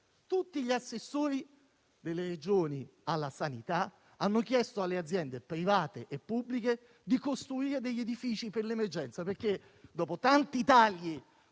Tutti gli assessori regionali alla sanità hanno chiesto alle aziende private e pubbliche di costruire degli edifici per l'emergenza. Dopo tanti tagli